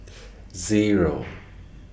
Zero